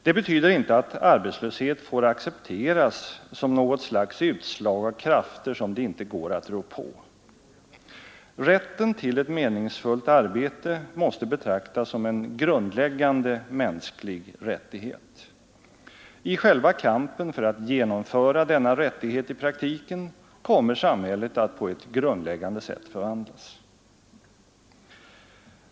Det betyder inte att arbetslöshet får accepteras som något slags utslag av krafter som det inte går att rå på. Rätten till ett meningsfullt arbete måste betraktas som en grundläggande mänsklig rättighet. I själva kampen för att genomföra denna rättighet i praktiken kommer samhället att på ett grundläggande sätt förvandlas.